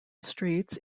streets